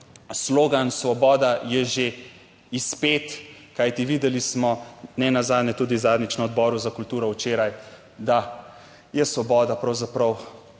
slogan svoboda je že izpet, kajti videli smo ne nazadnje tudi zadnjič na Odboru za kulturo včeraj, da je Svoboda pravzaprav